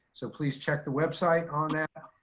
so please check the website on that,